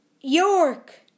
York